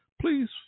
please